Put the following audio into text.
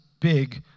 big